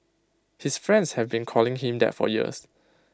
his friends have been calling him that for years